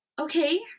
Okay